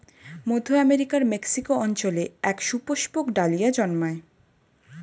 মধ্য আমেরিকার মেক্সিকো অঞ্চলে এক সুপুষ্পক ডালিয়া জন্মায়